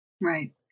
Right